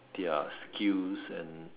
their skills and